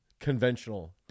conventional